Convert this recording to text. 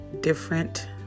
different